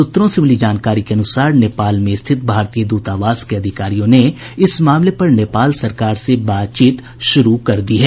सूत्रों से मिली जानकारी के अनुसार नेपाल में स्थित भारतीय दूतावास के अधिकारियों ने इस मामले पर नेपाल सरकार से बातचीत शुरू कर दी है